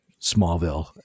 Smallville